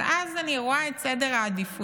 אבל אז אני רואה את סדר העדיפויות,